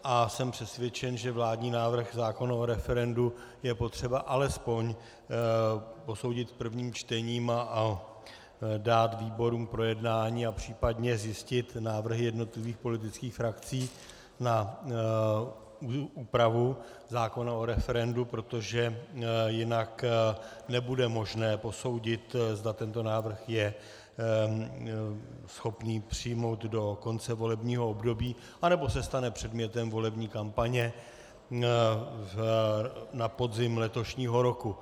Já jsem přesvědčen, že vládní návrh zákona o referendu je potřeba alespoň posoudit v prvním čtení a dát výborům projednání a případně zjistit návrhy jednotlivých politických frakcí na úpravu zákona o referendu, protože jinak nebude možné posoudit, zda tento návrh je schopný přijmout do konce volebního období, anebo se stane předmětem volební kampaně na podzim letošního roku.